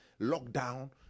Lockdown